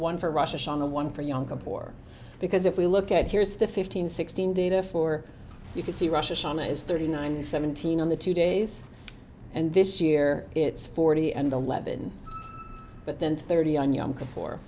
one for rush on the one for younger bore because if we look at here's the fifteen sixteen data for you can see russia china is thirty nine seventeen on the two days and this year it's forty and eleven but then thirty on yo